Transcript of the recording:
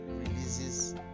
releases